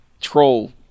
troll